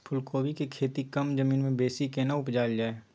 फूलकोबी के खेती कम जमीन मे बेसी केना उपजायल जाय?